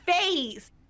face